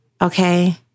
okay